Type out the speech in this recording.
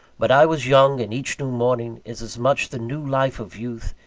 but i was young and each new morning is as much the new life of youth,